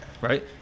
right